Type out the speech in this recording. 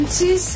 two